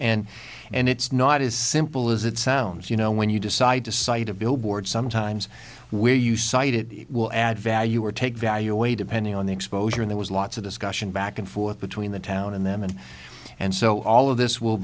and and it's not as simple as it sounds you know when you decide to cite a billboard sometimes where you cited it will add value or take value away depending on the exposure in there was lots of discussion back and forth between the town and them and and so all of this will